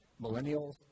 Millennials